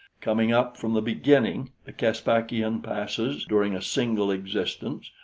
coming up from the beginning, the caspakian passes, during a single existence,